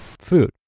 food